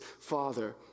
father